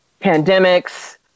pandemics